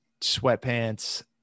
sweatpants